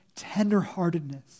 tenderheartedness